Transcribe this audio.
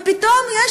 ופתאום יש